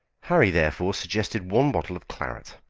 harry therefore suggested one bottle of claret.